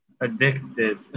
Addicted